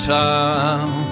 time